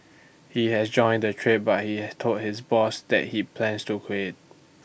he has joined the trade but he has told his boss that he plans to quit